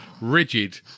rigid